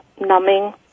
numbing